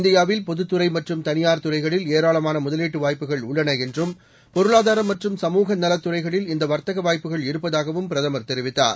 இந்தியாவில்பொதுத்துறைமற்றும்தனியார்துறைகளில் ஏராளமானமுதலீட்டுவாய்ப்புகள்உள்ளனஎன்றும் பொருளாதாரமற்றும்சமூகநலத்துறைகளில்இந்தவர்த்த கவாய்ப்புகள்இருப்பதாகவும்பிரதமர்தெரிவித்தார்